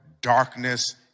darkness